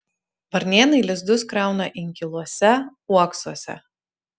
varnėnai lizdus krauna inkiluose uoksuose